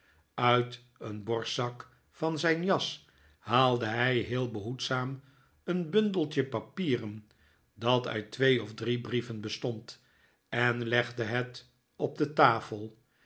uit een borstzak van zijn jas haalde hij heel behoedzaam een bundeltje papieren dat uit twee of drie brieven bestond en legde het op de tafel